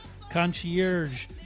concierge